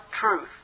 truth